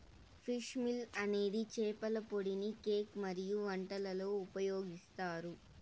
fish meal అనేది చేపల పొడిని కేక్ మరియు వంటలలో ఉపయోగిస్తారు